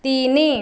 ତିନି